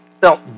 felt